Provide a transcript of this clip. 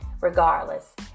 regardless